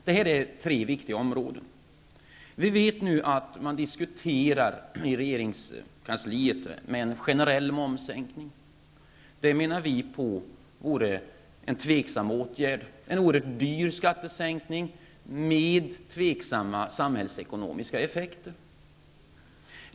Det är tre viktiga områden. Vi vet att man i regeringskansliet diskuterar en generell momssänkning. Det vore dock, menar vi, en tvivelaktig åtgärd. Det vore en oerhört kostsam skattesänkning med tvivelaktiga samhällsekonomiska effekter.